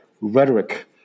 rhetoric